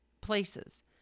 places